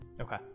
okay